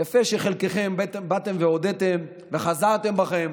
יפה שחלקכם הודיתם וחזרתם בכם,